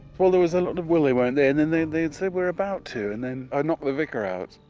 well there was a lot of will-they-won't-they, and then they they had said, we're about to, and then i knocked the vicar out.